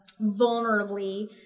vulnerably